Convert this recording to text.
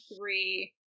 three